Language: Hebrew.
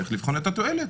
צריך לבחון את התועלת,